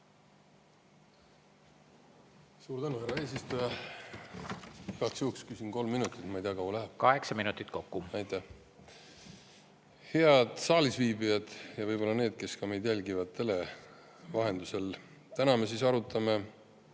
Suur tänu, härra eesistuja! Igaks juhuks küsin kolm minutit, ma ei tea, kaua läheb. Kaheksa minutit kokku. Aitäh! Head saalis viibijad! Võib-olla ka need, kes jälgivad meid tele vahendusel! Täna me arutame